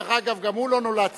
דרך אגב, גם הוא לא נולד שר.